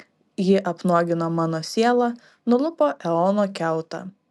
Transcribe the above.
ji apnuogino mano sielą nulupo eono kiautą